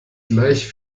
gleich